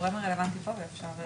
הגורם הרלוונטי פה ואפשר לשמוע אותו.